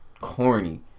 corny